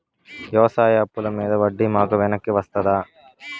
వ్యవసాయ అప్పుల మీద వడ్డీ మాకు వెనక్కి వస్తదా?